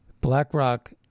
BlackRock